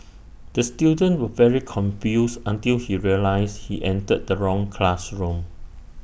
the student was very confused until he realised he entered the wrong classroom